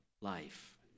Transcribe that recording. life